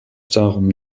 darum